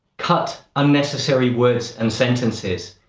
cut unnecessary words and sentences.